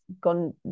gone